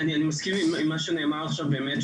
אני מסכים עם מה שנאמר עכשיו באמת,